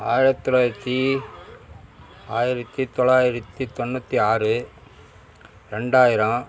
ஆயிரத்தி தொள்ளாயிரத்தி ஆயிரத்தி தொள்ளாயிரத்தி தொண்ணூற்றி ஆறு ரெண்டாயிரம்